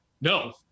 no